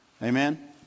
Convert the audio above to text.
Amen